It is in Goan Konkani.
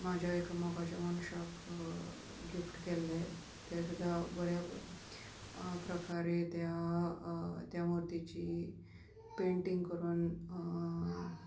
म्हाज्या एक मोगाच्या मनशाक गिफ्ट केल्ले ते सुद्दा बऱ्या प्रकारे त्या त्या मुर्तीची पेंटींग करून